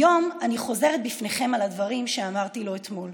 היום אני חוזרת בפניכם על הדברים שאמרתי לו אתמול: